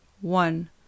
one